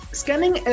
scanning